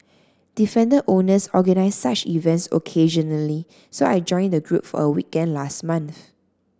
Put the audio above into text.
defender owners organise such events occasionally so I joined the group for a weekend last month